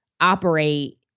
operate